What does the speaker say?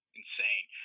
insane